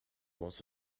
was